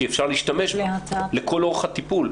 כי אפשר להשתמש בה לכל אורך הטיפול.